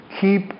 keep